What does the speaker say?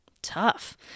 tough